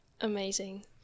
Amazing